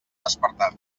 despertar